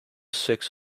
six